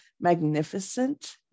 magnificent